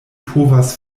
povas